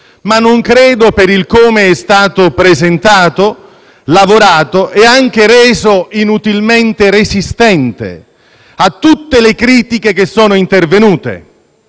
ma non credo a come è stato presentato, lavorato e reso inutilmente resistente a tutte le critiche che sono intervenute.